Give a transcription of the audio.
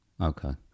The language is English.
Okay